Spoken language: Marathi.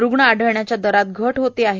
रुग्ण आढळण्याच्या दारात घट होते आहे